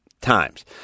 times